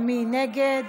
מי נגד?